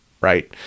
right